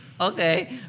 Okay